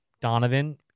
Donovan